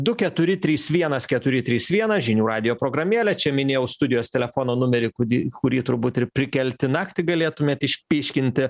du keturi trys vienas keturi trys vienas žinių radijo programėlę čia minėjau studijos telefono numerį kudį kurį turbūt ir prikelti naktį galėtumėt išpyškinti